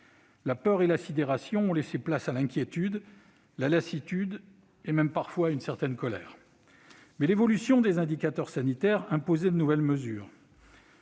La peur et la sidération ont laissé place à l'inquiétude, la lassitude, et même parfois à une certaine colère. Cependant, l'évolution des indicateurs sanitaires imposait de nouvelles mesures.